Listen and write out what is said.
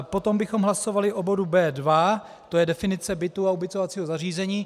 Potom bychom hlasovali o bodu B2, to je definice bytu a ubytovacího zařízení.